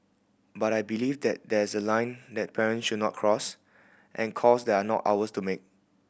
but I believe that there is a line that parents should not cross and calls they are not ours to make